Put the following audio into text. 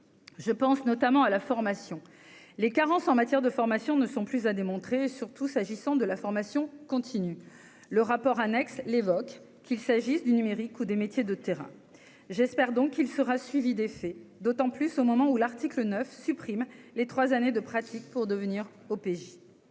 je pense notamment à la formation, les carences en matière de formation ne sont plus à démontrer, surtout s'agissant de la formation continue, le rapport annexe qu'il s'agisse du numérique ou des métiers de terrain j'espère donc il sera suivi d'effet, d'autant plus au moment où l'article 9 supprime les 3 années de pratique pour devenir au